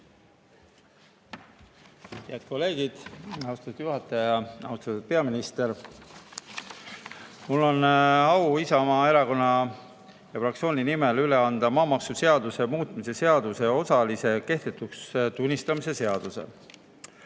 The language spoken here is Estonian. Head kolleegid! Austatud juhataja! Austatud peaminister! Mul on au Isamaa Erakonna ja fraktsiooni nimel üle anda maamaksuseaduse muutmise seaduse osaliselt kehtetuks tunnistamise seaduse